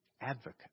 advocate